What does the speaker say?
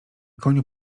koniu